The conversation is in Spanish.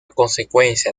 consecuencia